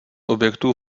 objektů